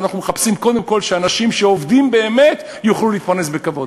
אנחנו מחפשים קודם כול שאנשים שעובדים באמת יוכלו להתפרנס בכבוד.